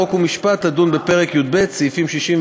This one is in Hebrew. חוק ומשפט תדון בפרק י"ב סעיפים 61